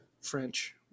French